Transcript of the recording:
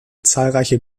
zahlreiche